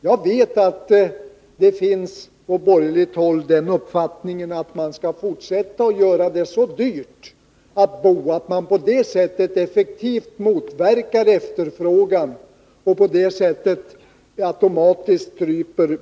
Jag vet att man på borgerligt håll har den uppfattningen att det går att fortsätta att göra boendet så dyrt att efterfrågan effektivt reduceras med påföljd att byggandet av nya lägenheter automatiskt minskar.